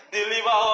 deliver